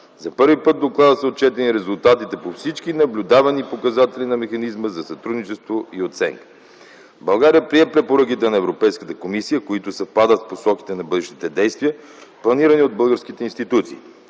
За първи път в доклада са отчетени резултатите по всички наблюдавани показатели на механизма за сътрудничество и оценка. България прие препоръките на Европейската комисия, които съвпадат с посоките на бъдещите действия, планирани от българските институции.